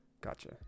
Gotcha